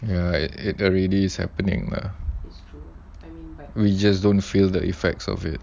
ya it it already is happening lah we just don't feel the effects of it